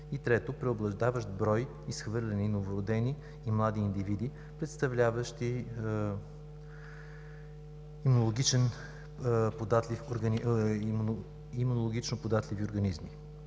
Трето, преобладаващ брой изхвърлени новородени и млади индивиди, представляващи имунологично податливи организми.